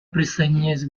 присоединяюсь